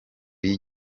y’i